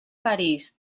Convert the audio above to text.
parís